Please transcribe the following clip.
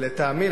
ולטעמי,